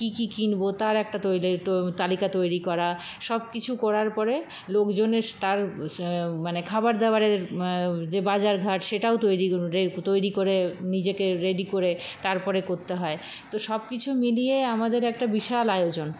কি কি কিনব তার একটা তৈর তালিকা তৈরি করা সব কিছু করার পরে লোকজনের তার মানে খাবার দাবারের যে বাজার ঘাট সেটাও তৈরি তৈরি করে নিজেকে রেডি করে তারপরে করতে হয় তো সবকিছু মিলিয়ে আমাদের একটা বিশাল আয়োজন